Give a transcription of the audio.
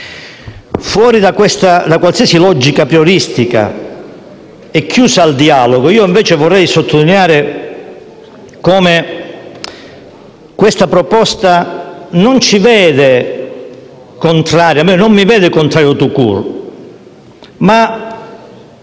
Fuori da qualsiasi logica aprioristica e chiusa al dialogo, invece vorrei sottolineare come questa proposta non mi vede contrario *tout court*.